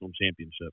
championship